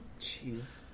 Jeez